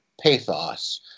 pathos